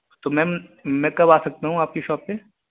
تو میم میں کب آ سکتا ہوں آپ کی شاپ پہ